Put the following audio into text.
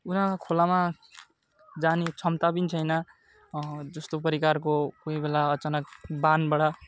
उनीहरू खोलामा जाने क्षमता पनि छैन जस्तो प्रकारको कोही बेला अचानक बाँधबाट